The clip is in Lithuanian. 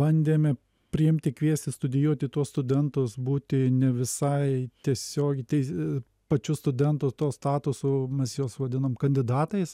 bandėm priimti kviesti studijuoti tuos studentus būti ne visai tiesiogiai tais pačių studentų tuo statusu mes juos vadinam kandidatais